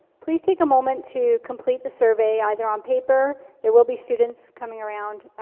please take a moment to complete the survey either on paper there will be students coming around,